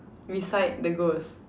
beside the ghost